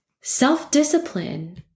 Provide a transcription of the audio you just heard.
Self-discipline